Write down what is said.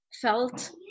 felt